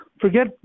forget